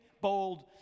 bold